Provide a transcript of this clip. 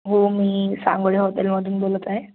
हो मी सांगोळे हॉटेलमधून बोलत आहे